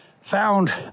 found